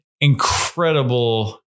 incredible